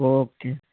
okay